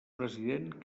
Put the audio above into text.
president